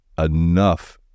enough